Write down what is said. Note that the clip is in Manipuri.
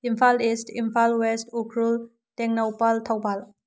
Imphal east Imphal west Ukhrul Tengnoupal Thoubal